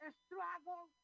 struggle